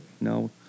No